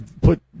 put